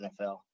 NFL